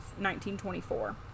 1924